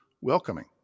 welcoming